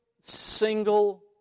single